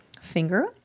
finger